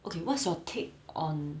okay what's your take on